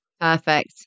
Perfect